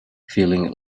feeling